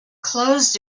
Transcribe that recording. closed